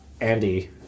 Andy